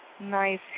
Nice